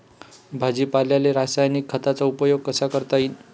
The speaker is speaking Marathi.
भाजीपाल्याले रासायनिक खतांचा उपयोग कसा करता येईन?